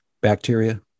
bacteria